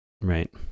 Right